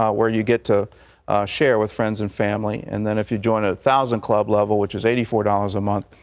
ah where you get to share with friends and family. and then if you join at the thousand club level, which is eighty four dollars a month,